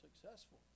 successful